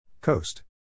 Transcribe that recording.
Coast